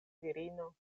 virino